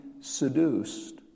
seduced